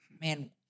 man